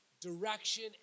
direction